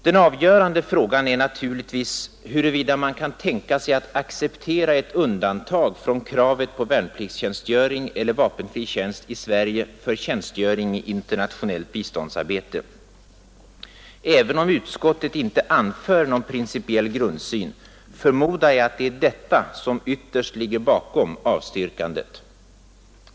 Den avgörande frågan är naturligtvis huruvida man kan tänka sig att acceptera ett undantag från kravet på värnpliktstjänstgöring eller vapenfri tjänst i Sverige för tjänstgöring i internationellt biståndsarbete. Även om utskottet inte anför någon principiell grundsyn, förmodar jag att det är detta som ytterst ligger bakom avstyrkandet.